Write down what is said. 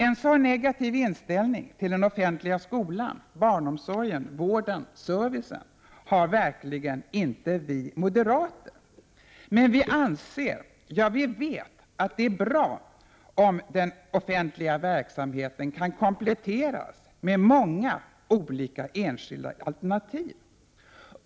En så negativ inställning till den offentliga skolan, barnomsorgen, vården, servicen har verkligen inte vi moderater. Men vi anser, ja vi vet, att det är bra om den offentliga verksamheten kan kompletteras med många olika enskilda alternativ.